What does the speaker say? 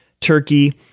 Turkey